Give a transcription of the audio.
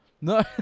No